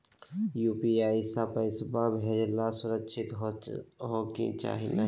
UPI स पैसवा भेजना सुरक्षित हो की नाहीं?